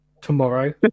tomorrow